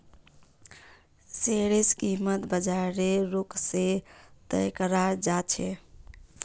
शेयरेर कीमत बाजारेर रुख से तय कराल जा छे